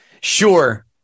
Sure